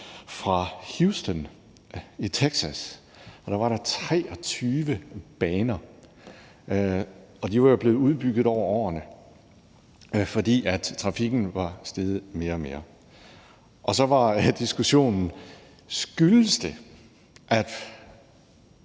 fra Houston i Texas. Der var der 23 baner, og de var jo blevet udbygget over årene, fordi trafikken var steget mere og mere. Og så var diskussionen: Skyldtes det, at